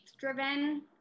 driven